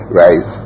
rise